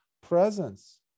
presence